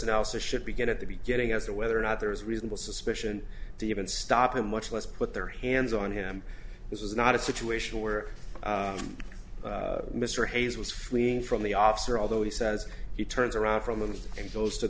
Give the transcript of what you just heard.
analysis should begin at the beginning as to whether or not there is reasonable suspicion to even stop him much less put their hands on him this is not a situation where mr hayes was fleeing from the officer although he says he turns around from him and goes to